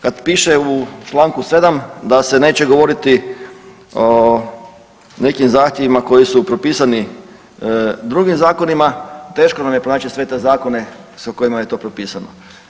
Kad piše u čl. 7. da se neće govoriti o nekim zahtjevima koji su propisani drugim zakonima teško nam je pronaći sve te zakone kojima je to propisano.